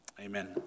amen